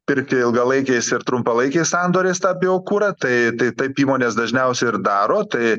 pirkti ilgalaikiais ir trumpalaikiais sandoriais tą biokurą tai tai taip įmonės dažniausiai ir daro tai